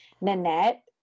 Nanette